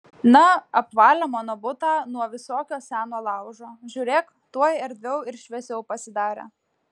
na apvalė mano butą nuo visokio seno laužo žiūrėk tuoj erdviau ir šviesiau pasidarė